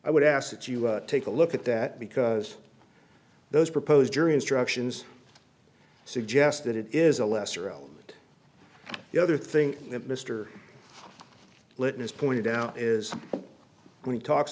i would ask that you take a look at that because those proposed jury instructions suggest that it is a lesser element the other thing that mister lytton is pointed out is when he talks